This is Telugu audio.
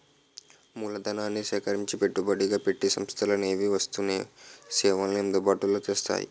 మూలధనాన్ని సేకరించి పెట్టుబడిగా పెట్టి సంస్థలనేవి వస్తు సేవల్ని అందుబాటులో తెస్తాయి